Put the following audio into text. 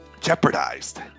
jeopardized